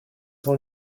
sans